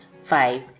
five